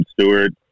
Stewart